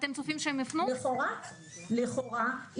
לכאורה,